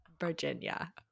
Virginia